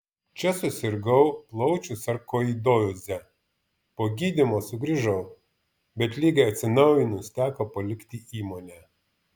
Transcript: čia susirgau plaučių sarkoidoze po gydymo sugrįžau bet ligai atsinaujinus teko palikti įmonę